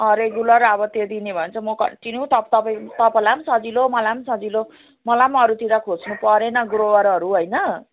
regular अब त्यो दिने भने चाहिँ म कन्टिन्यु तप तपाईँ तपाईँलाई सजिलो मलाई सजिलो मलाई अरूतिर खोज्नु परेन ग्रोवरहरू होइन